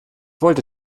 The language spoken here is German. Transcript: wollte